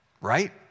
Right